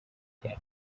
cyane